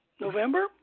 November